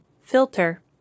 Filter